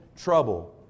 trouble